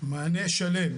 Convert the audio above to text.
מענה שלם.